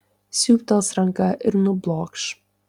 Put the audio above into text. siūbtels ranka ir nublokš